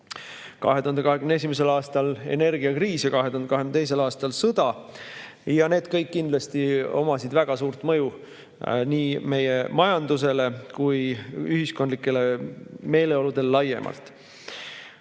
2021. aastal energiakriis ja 2022. aastal sõda. Need kõik omasid kindlasti väga suurt mõju nii meie majandusele kui ka ühiskondlikele meeleoludele laiemalt.